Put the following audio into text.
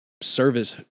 service